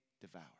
devour